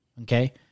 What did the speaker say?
Okay